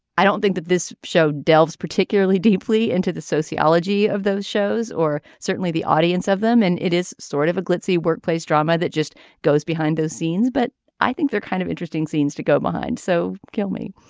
i don't think that this show delves particularly deeply into the sociology of those shows or certainly the audience of them and it is sort of a glitzy workplace drama that just goes behind those scenes. but i think they're kind of interesting scenes to go behind so kill me